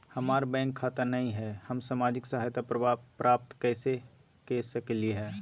हमार बैंक खाता नई हई, हम सामाजिक सहायता प्राप्त कैसे के सकली हई?